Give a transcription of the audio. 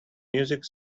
music